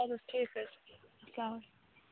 چلو ٹھیٖک حظ چھُ اسلام علیکُم